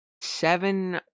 seven